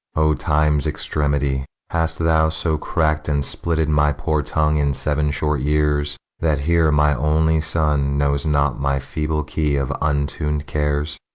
o time's extremity, hast thou so crack'd and splitted my poor tongue in seven short years that here my only son knows not my feeble key of untun'd cares?